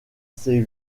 ses